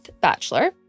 Bachelor